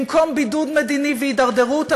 במקום בידוד מדיני והתדרדרות,